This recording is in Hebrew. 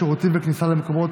בשירותים ובכניסה למקומות